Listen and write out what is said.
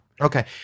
okay